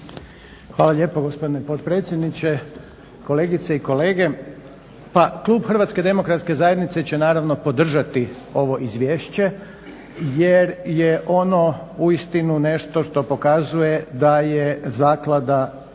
Hvala lijepa gospodine potpredsjedniče, kolegice i kolege. Pa klub HDZ-a će naravno podržati ovo izvješće jer je ono uistinu nešto što pokazuje da je zaklada vrlo